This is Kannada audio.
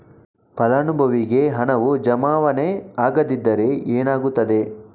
ಫಲಾನುಭವಿಗೆ ಹಣವು ಜಮಾವಣೆ ಆಗದಿದ್ದರೆ ಏನಾಗುತ್ತದೆ?